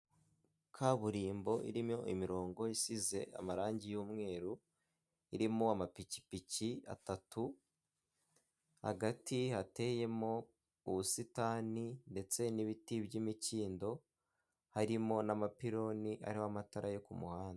Kaburimbo irimo imirongo isize amarangi y'umweru irimo amapikipiki atatu hagati hateyemo ubusitani ndetse n'ibiti by'imikindo harimo n'amapiloni ariho amatara yo ku muhanda.